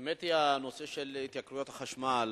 האמת, הנושא של התייקרויות החשמל